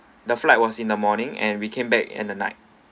the flight was in the morning and we came back at the night